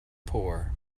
poor